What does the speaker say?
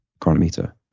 chronometer